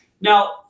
Now